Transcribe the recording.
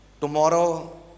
Tomorrow